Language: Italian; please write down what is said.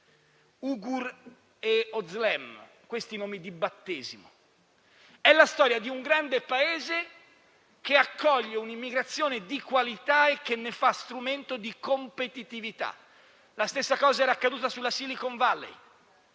Ugur e Ozlem, questi i nomi di battesimo. È la storia di un grande Paese che accoglie un'immigrazione di qualità e che ne fa strumento di competitività. La stessa cosa era accaduta nella Silicon Valley.